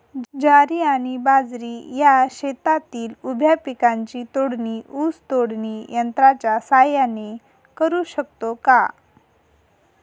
ज्वारी आणि बाजरी या शेतातील उभ्या पिकांची तोडणी ऊस तोडणी यंत्राच्या सहाय्याने करु शकतो का?